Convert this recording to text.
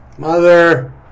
mother